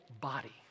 body